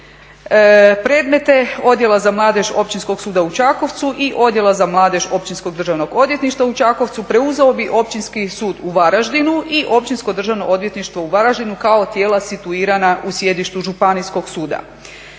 predmete Odjela za mladež Općinskog suda u Čakovcu i Odjela za mladež Općinskog državnog odvjetništva u Čakovcu preuzeo bi Općinski sud u Varaždinu i Općinsko državno odvjetništvo u Varaždinu kao tijela situirana u sjedištu županijskog suda.